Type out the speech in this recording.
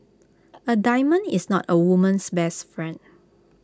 A diamond is not A woman's best friend